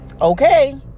Okay